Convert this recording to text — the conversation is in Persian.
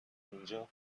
اینجا